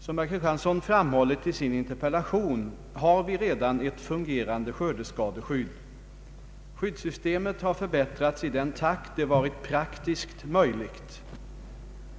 Som herr Kristiansson framhållit i sin interpellation har vi redan ett fungerande skördeskadeskydd. Skyddssystemet har förbättrats i den takt det varit praktiskt möjligt.